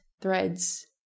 threads